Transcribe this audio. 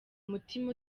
umutima